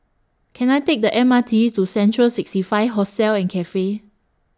Can I Take The M R T to Central sixty five Hostel and Cafe